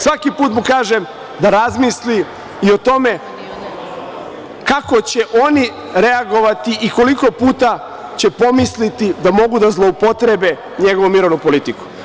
Svaki put mu kažem da razmisli i o tome kako će oni reagovati i koliko puta će pomisliti da mogu da zloupotrebe njegovu mirovnu politiku.